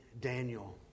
Daniel